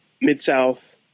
Mid-South